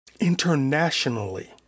Internationally